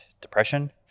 depression